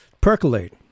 percolate